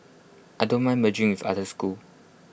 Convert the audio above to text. I don't mind merging with other schools